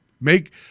make